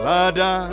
Lada